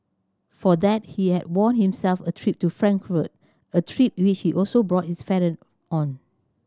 for that he had won himself a trip to Frankfurt a trip which he also brought his on